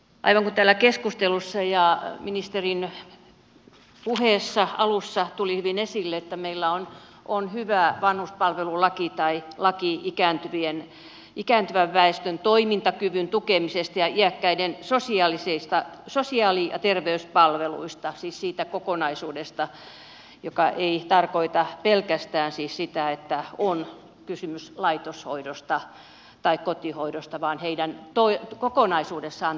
aivan kuten täällä keskustelussa ja ministerin puheessa alussa tuli hyvin esille meillä on hyvä vanhuspalvelulaki tai laki ikääntyvän väestön toimintakyvyn tukemisesta ja iäkkäiden sosiaali ja terveyspalveluista siis siitä kokonaisuudesta joka ei tarkoita pelkästään sitä että on kysymys laitoshoidosta tai kotihoidosta vaan heidän toimintakyvystään kokonaisuudessaan